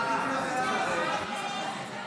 רק חורבן הבאתם על המדינה הזאת.